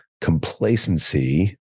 complacency